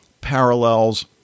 parallels